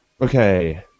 Okay